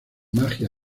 magia